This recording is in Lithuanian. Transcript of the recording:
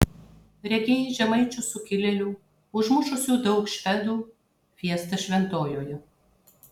regėjai žemaičių sukilėlių užmušusių daug švedų fiestą šventojoje